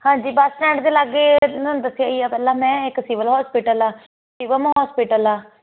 ਹਾਂਜੀ bus stand ਦੇ ਲਾਗੇ ਤੁਹਾਨੂੰ ਦੱਸਿਆ ਹੀ ਆ ਪਹਿਲਾਂ ਮੈਂ ਇੱਕ ਸਿਵਲ ਹੋਸਪਿਟਲ ਆ ਸਿਵਮ ਹੋਸਪਿਟਲ ਆ